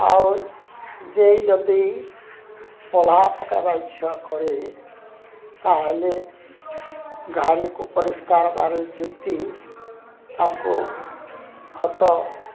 ଆଉ ଯିଏ ଯଦି ପଲ୍ହା ପକାଇବା ଇଚ୍ଛା କରେ ତାହେଲେ ଘାରିକୁ ପରିଷ୍କାର ଭାବେ ଜୁତି ତା'କୁ ଖତ